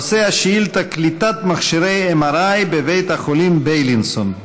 נושא השאילתה: קליטת מכשירי MRI בבית החולים בילינסון.